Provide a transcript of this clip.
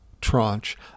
tranche